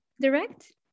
direct